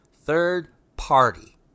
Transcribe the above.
Third-party